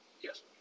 Yes